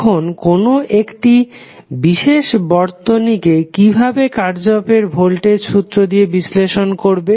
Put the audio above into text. এখন কোনো একটি বিশেষ বর্তনীকে কিভাবে কার্শফের ভোল্টেজ সূত্র Kirchhoff's voltage law দিয়ে বিশ্লেষণ করবে